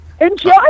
Enjoy